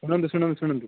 ଶୁଣନ୍ତୁ ଶୁଣନ୍ତୁ ଶୁଣନ୍ତୁ